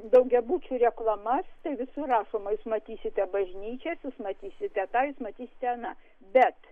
daugiabučių reklamas tai visur rašoma jūs matysite bažnyčias jūs matysite tą jūs matysite aną bet